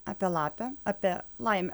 apie lapę apie laimę